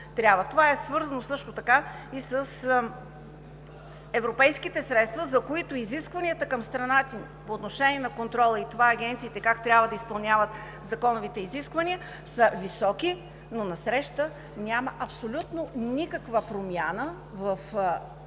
Това е свързано и с европейските средства, за които изискванията към страната ни по отношение на контрола и това агенциите как трябва да изпълняват законовите изисквания са високи, но насреща няма абсолютно никаква промяна,